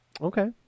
Okay